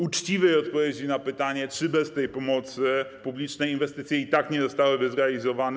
Uczciwej odpowiedzi na pytanie, czy bez tej pomocy publicznej inwestycje i tak nie zostałyby zrealizowane.